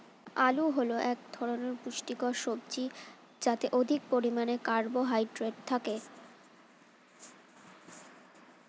আলু হল এক ধরনের পুষ্টিকর সবজি যাতে অধিক পরিমাণে কার্বোহাইড্রেট থাকে